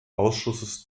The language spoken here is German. ausschusses